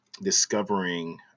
discovering